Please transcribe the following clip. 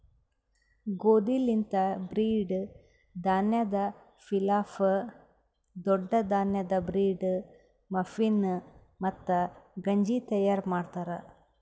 ಗೋದಿ ಲಿಂತ್ ಬ್ರೀಡ್, ಧಾನ್ಯದ್ ಪಿಲಾಫ್, ದೊಡ್ಡ ಧಾನ್ಯದ್ ಬ್ರೀಡ್, ಮಫಿನ್, ಮತ್ತ ಗಂಜಿ ತೈಯಾರ್ ಮಾಡ್ತಾರ್